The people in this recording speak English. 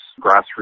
grassroots